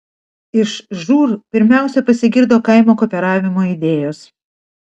iš žūr pirmiausia pasigirdo kaimo kooperavimo idėjos